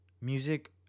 music